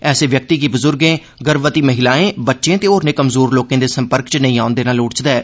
ऐसे व्यक्ति गी बुजुर्गें गर्भवती महिलाएं बच्चें ते होरनें कमजोर लोकें दे संपर्क च नेई औन देना लोड़चदा ऐ